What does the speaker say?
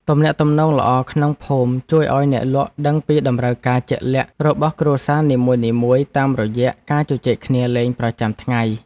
ទំនាក់ទំនងល្អក្នុងភូមិជួយឱ្យអ្នកលក់ដឹងពីតម្រូវការជាក់លាក់របស់គ្រួសារនីមួយៗតាមរយៈការជជែកគ្នាលេងប្រចាំថ្ងៃ។